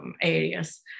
areas